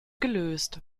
gelöst